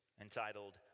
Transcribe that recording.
entitled